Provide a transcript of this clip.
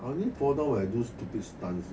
I only fall down when I do stupid stunts you know